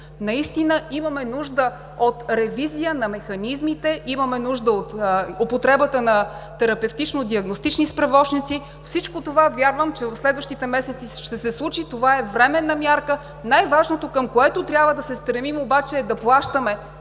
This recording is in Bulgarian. Наистина имаме нужда от ревизия на механизмите, имаме нужда от употребата на терапевтично диагностични справочници. Всичко това вярвам, че от следващите месеци ще се случи. Това е временна мярка. Най-важното, към което трябва да се стремим обаче, е да плащаме